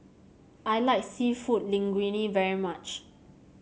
I like seafood Linguine very much